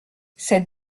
cette